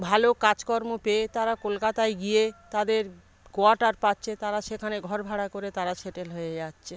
ভালো কাজকর্ম পেয়ে তারা কলকাতায় গিয়ে তাদের কোয়ার্টার পাচ্ছে তারা সেখানে ঘর ভাড়া করে তারা সেটল হয়ে যাচ্ছে